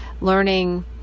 learning